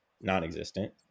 non-existent